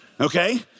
okay